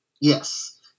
Yes